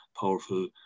powerful